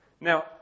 Now